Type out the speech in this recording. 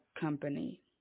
company